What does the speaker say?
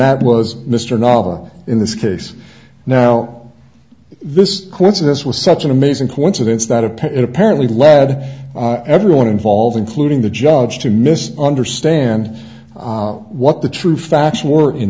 that was mr nava in this case now this coincidence was such an amazing coincidence that a pet apparently led everyone involved including the judge to mis understand what the true facts wore in